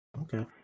Okay